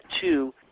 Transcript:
two